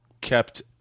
kept